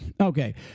Okay